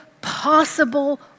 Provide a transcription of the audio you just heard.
possible